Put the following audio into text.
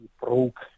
broke